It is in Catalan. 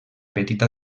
petita